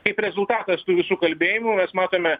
kaip rezultatas tų visų kalbėjimų mes matome